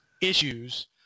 issues